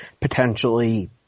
potentially